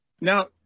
Now